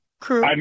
crew